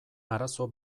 arazo